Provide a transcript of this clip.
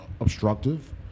obstructive